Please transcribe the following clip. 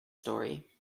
story